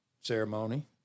ceremony